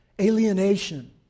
alienation